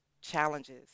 challenges